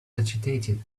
agitated